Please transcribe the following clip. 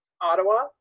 Ottawa